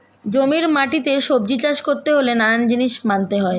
জমির মাটিতে সবজি চাষ করতে হলে নানান জিনিস মানতে হয়